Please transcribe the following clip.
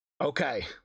Okay